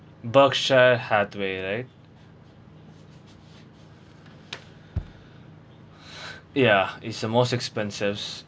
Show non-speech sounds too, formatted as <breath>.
berkshire hathaway right <breath> ya it's the most expensive